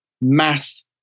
mass